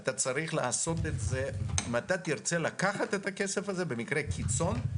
אתה צריך לעשות את זה אם אתה תרצה לקחת את הכסף הזה במקרה קיצון,